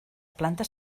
planta